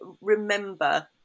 remember